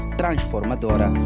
transformadora